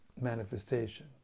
manifestation